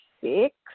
six